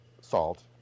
salt